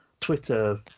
Twitter